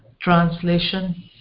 translation